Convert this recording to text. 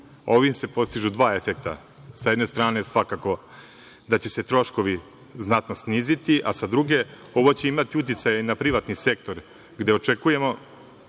se postižu dva efekta. Sa jedne strane svakako da će se troškovi znatno sniziti, a sa druge ovo će imati uticaj na privatni sektor gde očekujemo